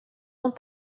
ans